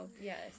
yes